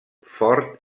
fort